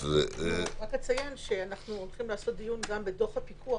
אנחנו הולכים לעשות דיון גם בדוח הפיקוח